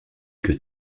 que